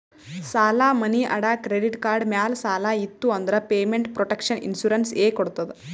ಸಾಲಾ, ಮನಿ ಅಡಾ, ಕ್ರೆಡಿಟ್ ಕಾರ್ಡ್ ಮ್ಯಾಲ ಸಾಲ ಇತ್ತು ಅಂದುರ್ ಪೇಮೆಂಟ್ ಪ್ರೊಟೆಕ್ಷನ್ ಇನ್ಸೂರೆನ್ಸ್ ಎ ಕೊಡ್ತುದ್